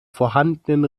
vorhandenen